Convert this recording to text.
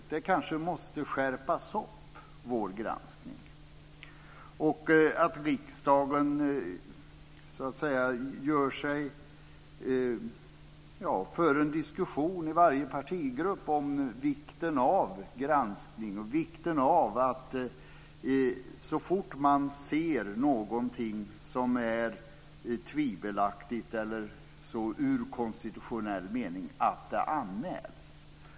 Vår granskning kanske måste skärpas upp så att vi i riksdagen för en diskussion i varje partigrupp om vikten av granskning, vikten av att man så fort man ser någonting som är tvivelaktigt i konstitutionell mening ser till att det anmäls.